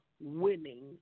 winning